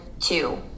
two